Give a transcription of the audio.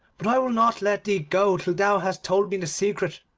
but i will not let thee go till thou hast told me the secret